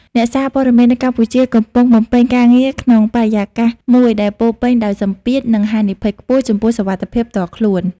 អ្នកសារព័ត៌មាននៅកម្ពុជាកំពុងបំពេញការងារក្នុងបរិយាកាសមួយដែលពោរពេញដោយសម្ពាធ និងហានិភ័យខ្ពស់ចំពោះសុវត្ថិភាពផ្ទាល់ខ្លួន។